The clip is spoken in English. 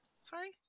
Sorry